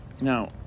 now